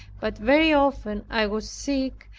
but very often i was sick,